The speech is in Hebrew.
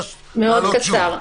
מאוד קצר.